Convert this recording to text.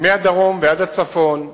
מהדרום ועד הצפון,